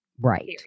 Right